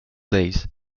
days